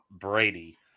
Brady